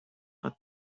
not